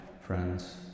friends